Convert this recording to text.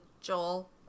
Joel